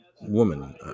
woman